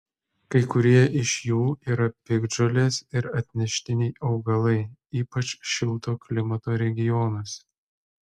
kai kurie iš jų yra piktžolės ir atneštiniai augalai ypač šilto klimato regionuose